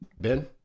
Ben